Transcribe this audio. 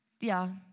Ja